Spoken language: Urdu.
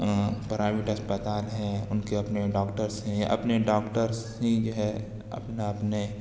پرائیویٹ اسپتال ہیں ان کے اپنے ڈاکٹرس ہیں یا اپنے ڈاکٹرس جو ہے اپنا اپنے